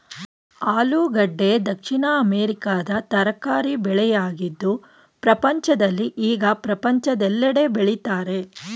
ಆಲೂಗೆಡ್ಡೆ ದಕ್ಷಿಣ ಅಮೆರಿಕದ ತರಕಾರಿ ಬೆಳೆಯಾಗಿದ್ದು ಪ್ರಪಂಚದಲ್ಲಿ ಈಗ ಪ್ರಪಂಚದೆಲ್ಲೆಡೆ ಬೆಳಿತರೆ